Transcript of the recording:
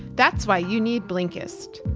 that's why you need blinkist.